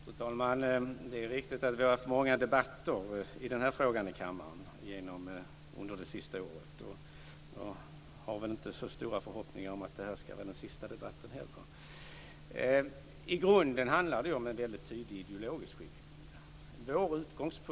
Fru talman! Det är riktigt att vi under det senaste året i denna kammare har haft många debatter om den här frågan. Jag har väl inte särskilt stora förhoppningar om att det här blir den sista debatten. I grunden handlar det om en väldigt tydlig ideologisk skiljelinje.